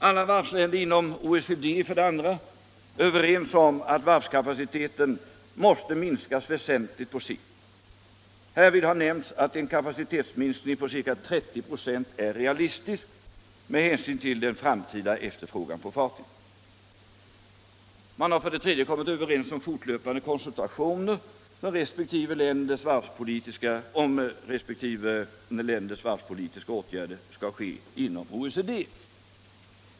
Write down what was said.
Andra varvsländer inom OECD är för det andra överens om att varvskapaciteten måste minskas väsentligt på sikt. Härvid har nämnts att en kapacitetsminskning på ca 30 96 är realistisk med hänsyn till den framtida efterfrågan på fartyg. Man har för det tredje kommit överens om fortlöpande konsultationer om huruvida resp. länders varvspolitiska åtgärder skall ske inom OECD.